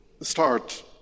start